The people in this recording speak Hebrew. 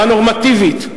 אמירה נורמטיבית?